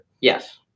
Yes